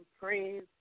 praise